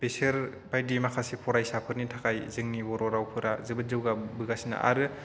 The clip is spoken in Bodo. बिसोर बायदि माखासे फरायसाफोरनि थाखाय जोंनि बर' रावफोरा जोबोद जौगाबोगासिनो आरो